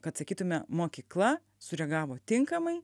kad sakytume mokykla sureagavo tinkamai